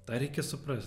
tą reikia supras